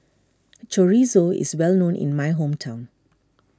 Chorizo is well known in my hometown